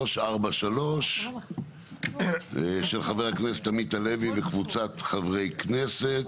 פ/3343, של חבר הכנסת עמית הלוי וקבוצת חברי כנסת.